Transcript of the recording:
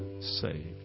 saved